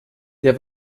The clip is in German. der